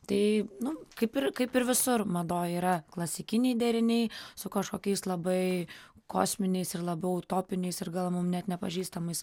tai nu kaip ir kaip ir visur madoj yra klasikiniai deriniai su kažkokiais labai kosminiais ir labiau utopiniais ir gal mum net nepažįstamais